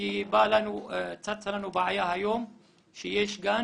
כי צצה לנו בעיה היום שיש גן,